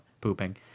pooping